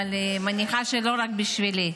אבל אני מניחה שלא רק בשבילי.